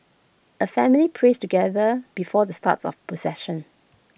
A family prays together before the starts of procession